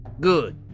Good